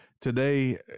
today